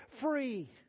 Free